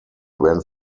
went